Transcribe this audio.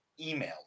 email